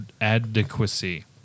adequacy